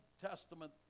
Testament